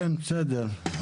כן, בסדר.